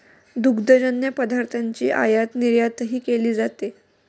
दुग्धजन्य पदार्थांची आयातनिर्यातही केली जाते